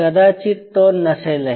कदाचित तो नसेलही